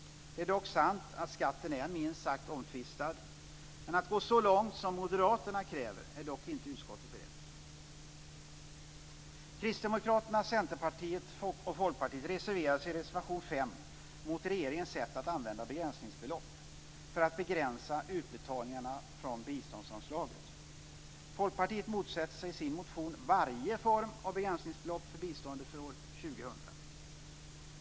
Det är sant att skatten är minst sagt omtvistad, men att gå så långt som Moderaterna kräver är utskottet dock inte berett att göra. Kristdemokraterna, Centerpartiet och Folkpartiet reserverar sig i reservation 5 mot regeringens sätt att använda begränsningsbelopp för att begränsa utbetalningarna från biståndsanslaget. Folkpartiet motsätter sig i sin motion varje form av begränsningsbelopp för biståndet för år 2000.